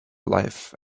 life